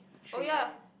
three